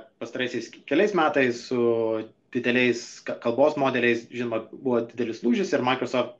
pastaraisiais keliais metais su dideliais kalbos modeliais žinoma buvo didelis lūžis ir microsoft